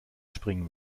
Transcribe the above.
springen